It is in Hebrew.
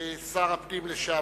שר הפנים לשעבר,